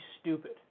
stupid